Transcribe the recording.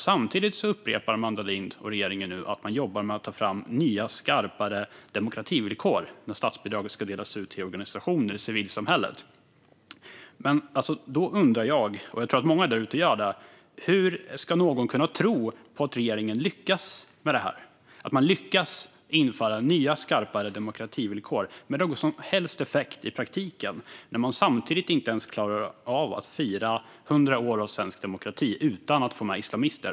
Samtidigt upprepar Amanda Lind och regeringen nu att man jobbar med att ta fram nya skarpare demokrativillkor när statsbidrag ska delas ut till organisationer i civilsamhället. Då undrar jag, och jag tror att många därute gör det: Hur ska någon kunna tro på att regeringen lyckas med att införa nya skarpare demokrativillkor med någon som helst effekt i praktiken när man samtidigt inte ens klarar av att fira 100 år av svensk demokrati utan att få med islamister?